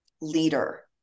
leader